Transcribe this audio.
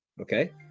Okay